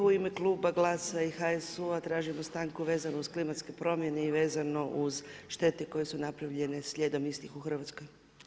U ime Kluba GLAS-a i HSU-a tražimo stanku vezanu uz klimatske promjene i vezano uz štete koje su napravljene slijedom istih u Hrvatskoj.